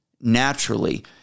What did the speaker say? naturally